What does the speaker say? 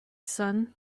son